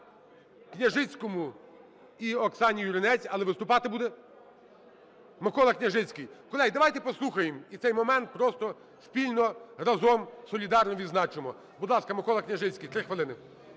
Княжицькому і Оксані Юринець, але виступати буде Микола Княжицький. Колеги, давайте послухаємо і цей момент просто спільно, разом, солідарно відзначимо. Будь ласка, Микола Княжицький, 3 хвилини.